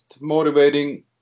motivating